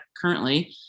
currently